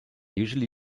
usually